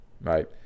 right